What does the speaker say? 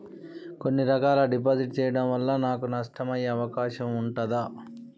కొన్ని రకాల డిపాజిట్ చెయ్యడం వల్ల నాకు నష్టం అయ్యే అవకాశం ఉంటదా?